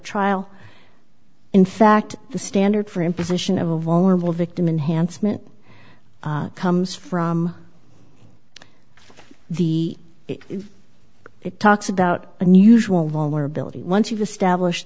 trial in fact the standard for imposition of a vulnerable victim enhanced meant comes from the it talks about unusual vulnerability once you've established